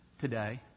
today